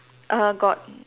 err got